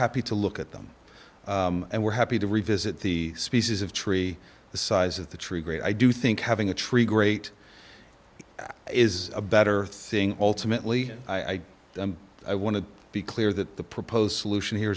happy to look at them and we're happy to revisit the species of tree the size of the tree great i do think having a tree great that is a better thing ultimately i i want to be clear that the proposed solution here